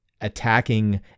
attacking